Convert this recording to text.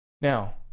Now